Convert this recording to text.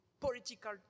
political